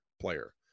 player